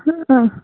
ആ